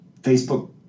Facebook